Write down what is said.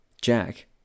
Jack